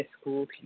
school